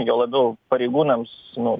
juo labiau pareigūnams nu